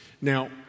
Now